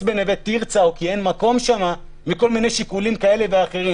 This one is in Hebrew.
בנווה תרצה או כי אין מקום שם וכל מיני שיקולים כאלה ואחרים.